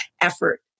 effort